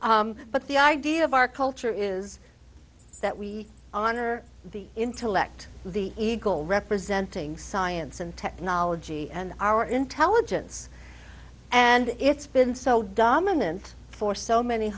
but the idea of our culture is that we honor the intellect the eagle representing science and technology and our intelligence and it's been so dominant for so many